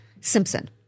Simpson